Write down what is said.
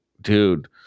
dude